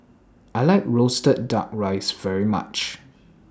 I like Roasted Duck Rice very much